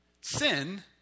Sin